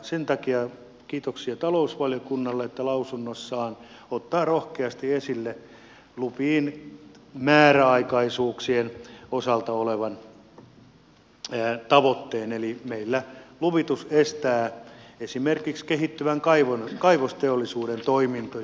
sen takia kiitoksia talousvaliokunnalle että se lausunnossaan ottaa rohkeasti esille lupien määräaikaisuuksien osalta olevan tavoitteen eli meillä luvitus estää esimerkiksi kehittyvän kaivosteollisuuden toimintoja